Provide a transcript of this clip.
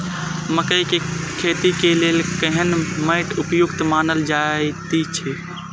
मकैय के खेती के लेल केहन मैट उपयुक्त मानल जाति अछि?